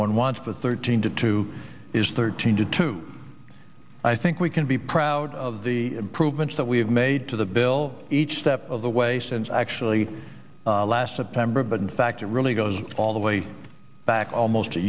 one wants the thirteen to two is thirteen to two i think we can be proud of the improvements that we have made to the bill each step of the way since actually last september but in fact it really goes all the way back almost a